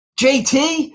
JT